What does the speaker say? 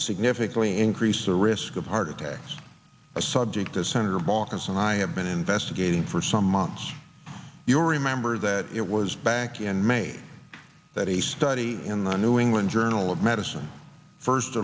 significantly increased the risk of heart attacks a subject as senator baucus and i have been investigating for some months you'll remember that it was back in may that a study in the new england journal of medicine first